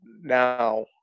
now